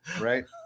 Right